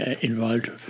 involved